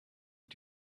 you